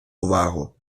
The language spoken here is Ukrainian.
увагу